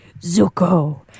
Zuko